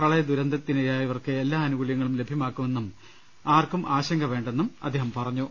പ്രളയ ദുരന്തത്തിനിരയായവർക്ക് എല്ലാ ആനു കൂല്യങ്ങളും ലഭ്യമാക്കു മെന്നും ആർക്കും ആശങ്ക വേണ്ടെന്നും അദ്ദേഹംവ്യക്തമാക്കി